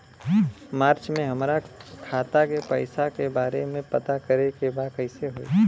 मार्च में हमरा खाता के पैसा के बारे में पता करे के बा कइसे होई?